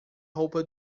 roupa